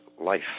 life